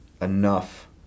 enough